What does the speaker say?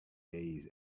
days